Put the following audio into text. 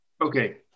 Okay